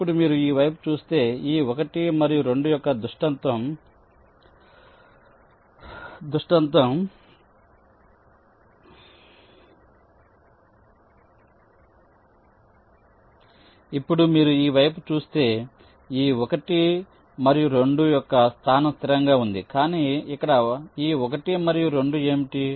ఇప్పుడు మీరు ఈ వైపు చూస్తే ఈ 1 మరియు 2 యొక్క స్థానం స్థిరంగా ఉంది కానీ ఇక్కడ ఈ 1 మరియు 2 ఏమిటి